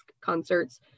concerts